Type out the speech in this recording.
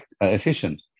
efficient